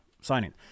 signing